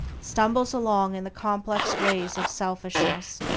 stumbles along in the complex ways of selfishness.